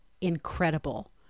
incredible